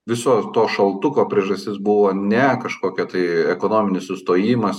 viso to šaltuko priežastis buvo ne kažkokia tai ekonominis sustojimas